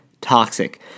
Toxic